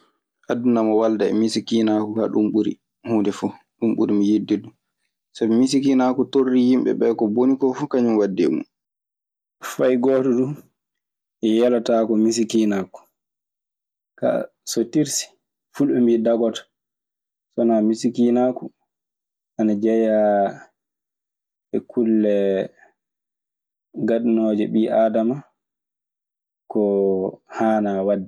Aduna mo waldaa e misikiinaagu kaa ɗun ɓuri huunde fuu, ɗun ɓuri mi yiɗde du. Sabi misikiinaaku torlii yimɓe ɓee ko bonii koo fuu kañum waddi e mun. Fay gooto duu yelotaako misikinaaku. Kaa, so tirsi, fulɓe mbii dagoto. So wanaa misikiinaaku, ana jeyaa e kulle gaddanooje ɓii aadama ko hanaa waɗde en. Faa Alla hokke muñal e sawraare e misikiinaaku, ana tiiɗi.